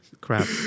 crap